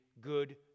good